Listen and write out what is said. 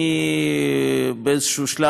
אני באיזשהו שלב,